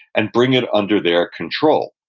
and bring it under their control.